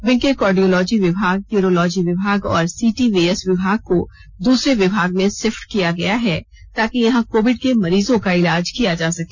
wing के cardiology विभाग urology विभाग और सीटीवीएस विभाग को दूसरे विभाग में शिफट किया गया है ताकि यहां कोविड के मरीजों का इलाज किया जा सके